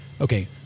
okay